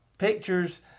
Pictures